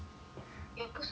எப்போ சொன்னேன்:eppo sonnaen